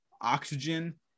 Oxygen